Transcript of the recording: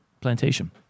Plantation